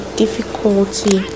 difficulty